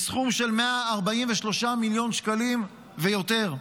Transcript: בסכום של 143 מיליון שקלים ויותר.